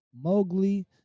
Mowgli